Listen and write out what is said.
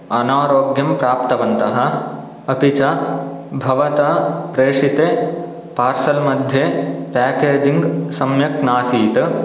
अनारोग्यं प्राप्तवन्तः अपि च भवता प्रेषिते पार्सल् मध्ये पेकेजिङ्ग् सम्यक् नासीत्